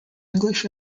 english